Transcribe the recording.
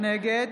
נגד